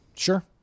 sure